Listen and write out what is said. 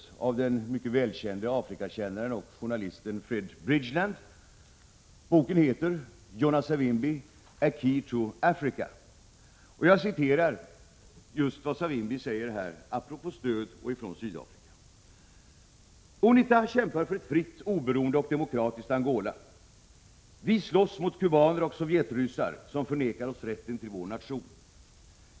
Författaren är den mycket välkände Afrikakännaren och journalisten Frank Bridgland, och boken heter ”Jonas Savimbi, A Key to Africa”. Låt mig citera vad Savimbi säger om stöd från Sydafrika: ”UNITA kämpar för ett fritt, oberoende och demokratiskt Angola. Vi slåss mot kubaner och sovjetryssar, som förnekar oss rätten till vår nation.